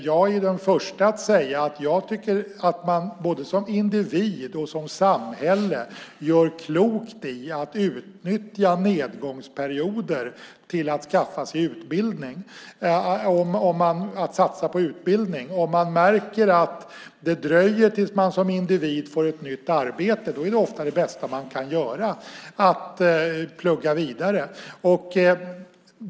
Jag är den förste att säga att både individ och samhälle gör klokt i att utnyttja nedgångsperioder till att satsa på utbildning. Märker man att det dröjer tills man som individ får ett nytt arbete är ofta det bästa man kan göra att plugga vidare.